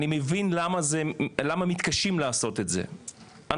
אני מבין למה מתקשים לעשות את זה,